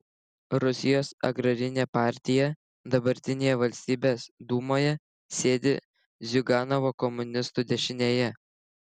rusijos agrarinė partija dabartinėje valstybės dūmoje sėdi ziuganovo komunistų dešinėje